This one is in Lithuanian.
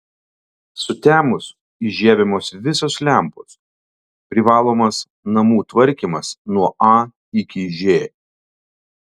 sutemus įžiebiamos visos lempos privalomas namų tvarkymas nuo a iki ž